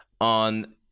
on